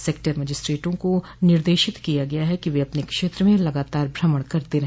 sector मजिस्ट्रेटों को निर्देशित किया गया है कि वे अपने क्षेत्र में लगातार भ्रमण करते रहे